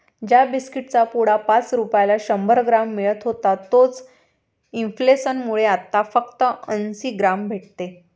ज्या बिस्कीट चा पुडा पाच रुपयाला शंभर ग्राम मिळत होता तोच इंफ्लेसन मुळे आता फक्त अंसी ग्राम भेटते